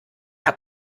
hat